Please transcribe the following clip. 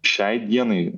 šiai dienai